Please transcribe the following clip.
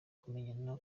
kumenyana